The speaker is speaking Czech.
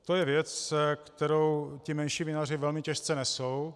To je věc, kterou menší vinaři velmi těžce nesou.